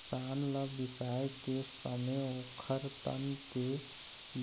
सांड ल बिसाए के समे ओखर तन के